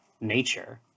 nature